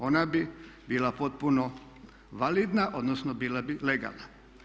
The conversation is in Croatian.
Ona bi bila potpuno validna, odnosno bila bi legalna.